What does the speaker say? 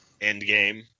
Endgame